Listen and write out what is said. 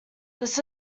this